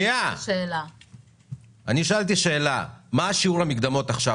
מה שיעור המקדמות עכשיו?